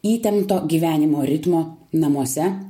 įtempto gyvenimo ritmo namuose